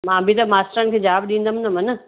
मां बि त मास्टरनि खे जवाब डींदमि न माना